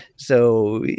so,